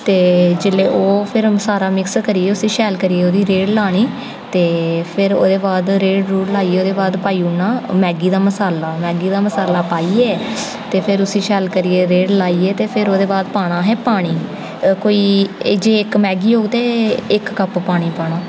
ते जेल्लै ओह् फिर सारा मिक्स करियै उसी शैल करियै ओह्दी रेड़ लानी ते फिर ओह्दे बाद रेड़ रूड़ लाइयै ओह्दे बाद पाई उड़ना मैगी दा मसाला मैगी दा मसाला पाइयै ते फिर उसी शैल करियै रेड़ लाइयै ते फिर ओह्दे बाद पाना अहें पानी कोई जे इक मैगी होग ते इक कप पानी पाना